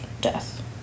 death